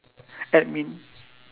admin